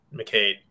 McCade